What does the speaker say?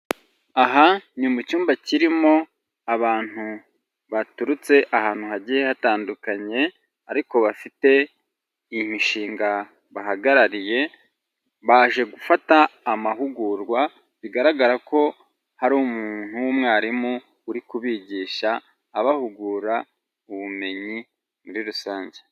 Aha ni mu cyumba kirimo abantu baturutse ahantu hagiye hatandukanye ariko bafite imishinga bahagarariye baje gufata amahugurwa bigaragara ko hari umuntu w'umwarimu uri kubigisha abahugura ubumenyi muri rusange.